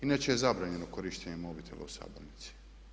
Inače je zabranjeno korištenje mobitela u sabornici.